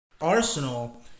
Arsenal